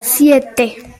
siete